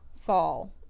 fall